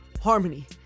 Harmony